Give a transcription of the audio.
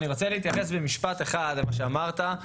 אני רוצה להתייחס במשפט אחד למה שאמרת.